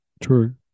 True